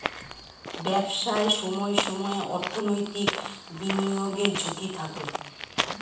ব্যবসায় সময়ে সময়ে অর্থনৈতিক বিনিয়োগের ঝুঁকি থাকে